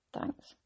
thanks